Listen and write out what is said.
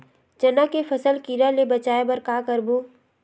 चना के फसल कीरा ले बचाय बर का करबो?